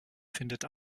findet